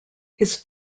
his